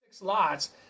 lots